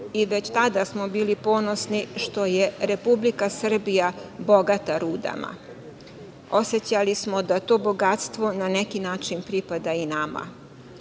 i već tada smo bili ponosni što je Republika Srbija bogata rudama. Osećali smo da to bogatstvo na neki način pripada i